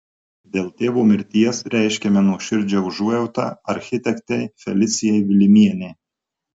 dėl tėvo mirties reiškiame nuoširdžią užuojautą architektei felicijai vilimienei